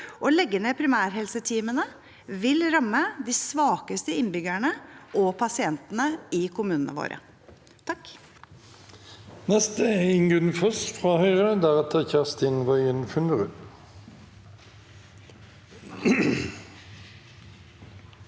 Å legge ned primærhelseteamene vil ramme de svakeste innbyggerne og pasientene i kommunene våre.